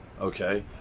Okay